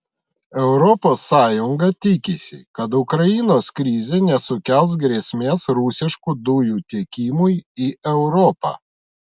europos sąjunga tikisi kad ukrainos krizė nesukels grėsmės rusiškų dujų tiekimui į europą